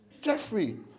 Jeffrey